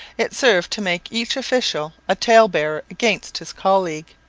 it served to make each official a tale-bearer against his colleague,